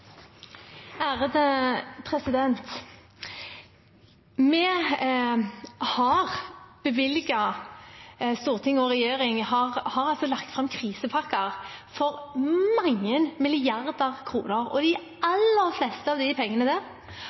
og regjeringen har altså lagt fram krisepakker for mange milliarder kroner, og de aller fleste av de pengene